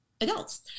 adults